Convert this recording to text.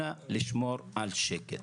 אנא לשמור על שקט.